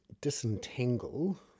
disentangle